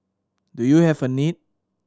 do you have a need